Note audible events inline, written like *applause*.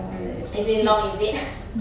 mm it's been long is it *laughs*